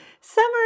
Summer